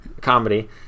comedy